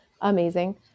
amazing